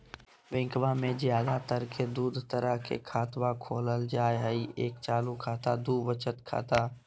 बैंकवा मे ज्यादा तर के दूध तरह के खातवा खोलल जाय हई एक चालू खाता दू वचत खाता